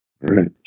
Right